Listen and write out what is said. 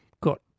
got